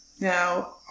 Now